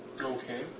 Okay